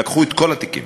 לקחו את כל התיקים